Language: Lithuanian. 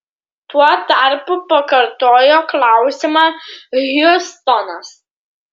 tuo tarpu pakartojo klausimą hjustonas